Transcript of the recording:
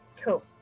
Cool